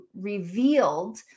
revealed